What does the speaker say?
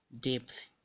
depth